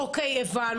אוקיי, הבנו.